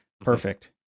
Perfect